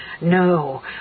No